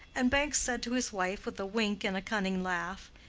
and banks said to his wife with a wink and a cunning laugh,